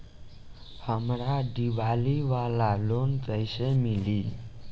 हमरा दीवाली वाला लोन कईसे मिली?